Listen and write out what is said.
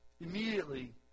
Immediately